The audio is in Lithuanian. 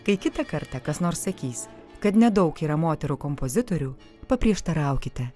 kai kitą kartą kas nors sakys kad nedaug yra moterų kompozitorių paprieštaraukite